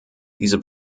diese